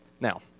Now